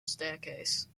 staircase